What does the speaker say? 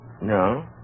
No